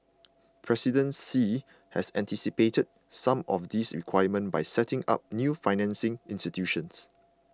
President Xi has anticipated some of these requirements by setting up new financing institutions